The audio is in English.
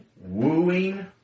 Wooing